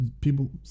people